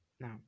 now